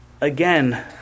Again